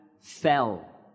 fell